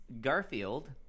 Garfield